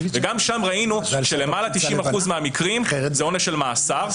וגם שם ראינו שיותר מ-90% מהמקרים זה עונש של מאסר.